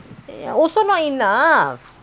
ah